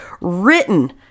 written